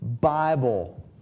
Bible